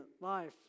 Life